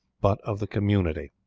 but of the community.